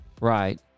Right